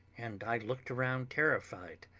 and i looked around terrified.